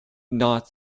not